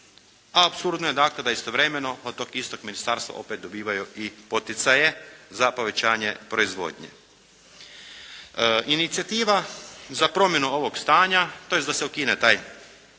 Apsurdno je dakle da istovremenog od tog istog ministarstva dobivaju i poticaje za povećanje proizvodnje. Inicijativa za promjenu ovog stanja, tj. da se ukine taj